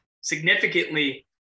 significantly